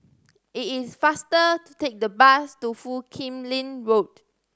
it is faster to take the bus to Foo Kim Lin Road